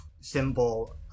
symbol